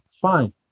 fine